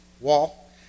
wall